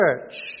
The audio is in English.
church